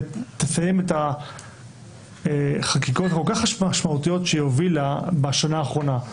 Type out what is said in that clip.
ותסיים את החקיקות המשמעותיות כל כך שהיא הובילה בשנה האחרונה.